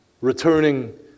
returning